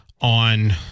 on